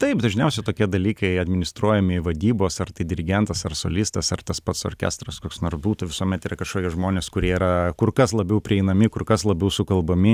taip dažniausiai tokie dalykai administruojami vadybos ar tai dirigentas ar solistas ar tas pats orkestras koks nors būtų visuomet yra kažkokie žmonės kurie yra kur kas labiau prieinami kur kas labiau sukalbami